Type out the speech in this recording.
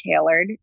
tailored